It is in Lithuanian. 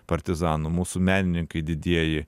partizanų mūsų menininkai didieji